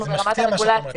אנחנו ברמת הרגולציה.